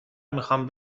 میخام